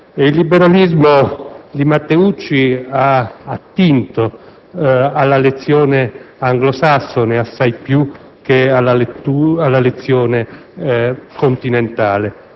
Il liberalismo di Matteucci ha attinto alla lezione anglosassone assai più che alla lezione continentale.